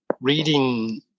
Reading